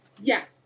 Yes